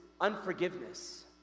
Unforgiveness